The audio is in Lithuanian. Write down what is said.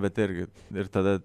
bet irgi ir tada